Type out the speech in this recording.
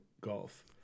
Golf